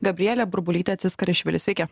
gabriele burbulyte ciskarišvili sveiki